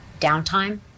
downtime